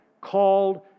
called